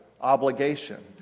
obligation